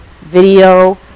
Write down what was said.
video